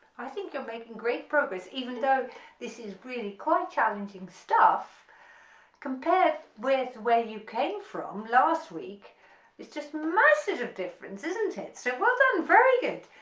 i think you're making great progress even though this is really quite challenging stuff compared with where you came from last week it's just massive difference isn't it so well done, very good.